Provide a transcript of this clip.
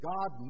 God